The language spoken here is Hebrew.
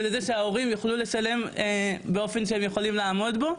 ולזה שההורים יוכלו לשלם באופן שהם יכולים לעמוד בו,